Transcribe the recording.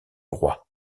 roi